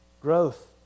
growth